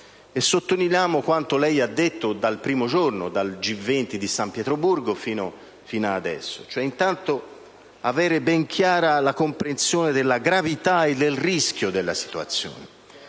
e sottolineando quanto lei ha detto dal primo giorno, dal G20 di San Pietroburgo, fino ad adesso: è necessario avere ben chiara la comprensione della gravità e del rischio della situazione.